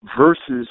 versus